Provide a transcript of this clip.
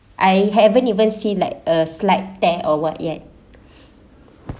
I haven't even seen like uh slight tear or what yet